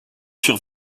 furent